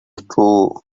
true